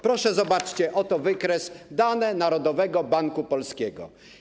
Proszę, zobaczcie, oto wykres: dane Narodowego Banku Polskiego.